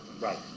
right